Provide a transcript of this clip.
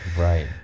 Right